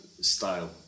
style